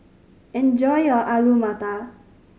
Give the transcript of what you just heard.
enjoy your Alu Matar